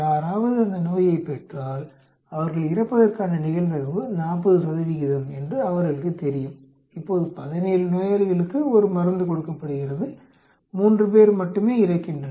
யாராவது அந்த நோயைப் பெற்றால் அவர்கள் இறப்பதற்கான நிகழ்தகவு 40 என்று அவர்களுக்குத் தெரியும் இப்போது 17 நோயாளிகளுக்கு ஒரு மருந்து கொடுக்கப்படுகிறது 3 பேர் மட்டுமே இறக்கின்றனர்